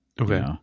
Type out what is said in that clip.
Okay